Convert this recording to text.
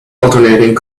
alternating